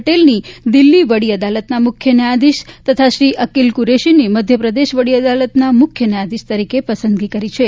પટેલની દિલ્હી વડી અદાલતના મુખ્ય ન્યાયાધીશ તથા શ્રી અકીલ કુરેશીની મધ્યપ્રદેશ વડી અદાલતના મુખ્ય ન્યાયાધીશ તરીકે પસંદગી કરી છે